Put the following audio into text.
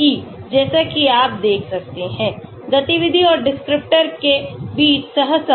की जैसा कि आप देख सकते हैं गतिविधि और डिस्क्रिप्टर के बीच सहसंबंध